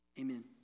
Amen